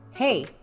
Hey